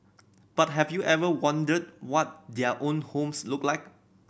but have you ever wondered what their own homes look like